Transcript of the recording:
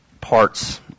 parts